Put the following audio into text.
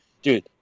dude